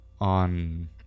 on